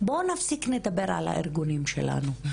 בואו נפסיק לדבר על הארגונים שלנו,